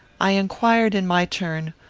i inquired in my turn,